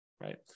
Right